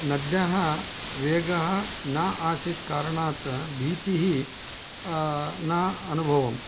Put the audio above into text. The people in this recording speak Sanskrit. नद्यः वेगः न आसीत् कारणात् भीतिः न अनुभवम्